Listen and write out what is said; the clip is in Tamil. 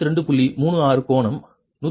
36 கோணம் 116